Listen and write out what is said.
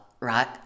right